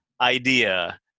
idea